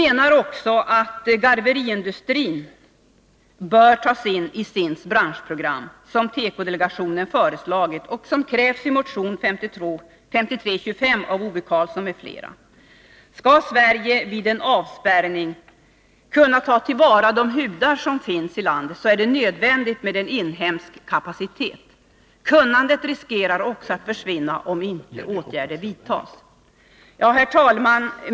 Enligt vår mening bör garveriindustrin tas in i SIND:s branschprogram, som tekodelegationen föreslagit och som krävs i motion 2325 av Ove Karlsson m.fl. Om Sverige vid en avspärrning skall kunna ta till vara de hudar som finns i landet är det nödvändigt med inhemsk kapacitet. Kunnandet riskerar också att försvinna om inte åtgärder vidtas. Herr talman!